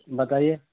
بتائیے